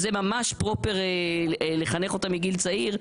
זה ממש פרופר לחנך אותם מגיל צעיר.